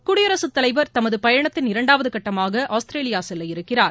குடியரசு தலைவர் தமது பயணத்தின் இரண்டாவது கட்டமாக ஆஸ்திரேலியா செல்ல இருக்கிறார்